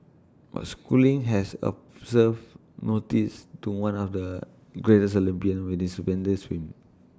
but schooling has observe notice to one of the greatest Olympian with this stupendous swim